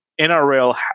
NRL